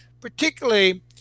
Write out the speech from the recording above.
particularly